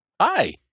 Hi